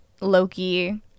Loki